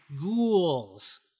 ghouls